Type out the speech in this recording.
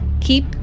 keep